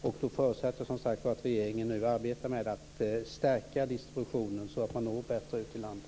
Jag förutsätter att regeringen nu arbetar med att stärka distributionen så att man når ut bättre i landet.